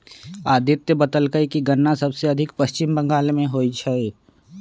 अदित्य बतलकई कि गन्ना सबसे अधिक पश्चिम बंगाल में होई छई